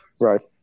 Right